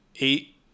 eight